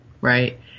right